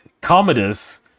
Commodus